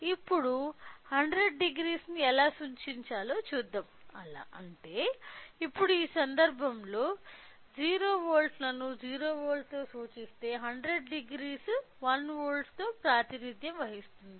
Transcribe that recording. ఇప్పుడు 1000 ని ఎలా సూచించాలో చూద్దాం అంటే ఇప్పుడు ఈ సందర్భంలో 0 వోల్ట్లను 0 వోల్ట్లతో సూచిస్తే 1000 1 వోల్ట్తో ప్రాతినిధ్యం వహిస్తుంది